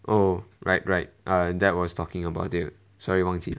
oh right right err dad was talking about it sorry 忘记